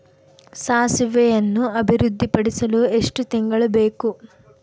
ಸಾಸಿವೆಯನ್ನು ಅಭಿವೃದ್ಧಿಪಡಿಸಲು ಎಷ್ಟು ತಿಂಗಳು ಬೇಕು?